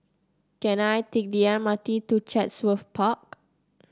can I take the M R T to Chatsworth Park